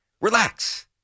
Relax